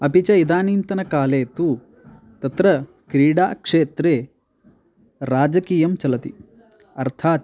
अपि च इदानींतनकाले तु तत्र क्रीडाक्षेत्रे राजकीयं चलति अर्थात्